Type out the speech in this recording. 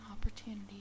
opportunity